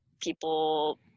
people